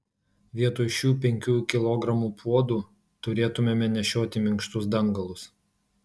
vietoj šių penkių kilogramų puodų turėtumėme nešioti minkštus dangalus